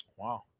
Wow